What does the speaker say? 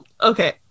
Okay